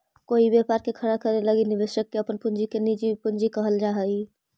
कोई व्यापार के खड़ा करे लगी निवेशक के अपन पूंजी के निजी पूंजी कहल जा हई